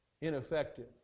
ineffective